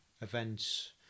events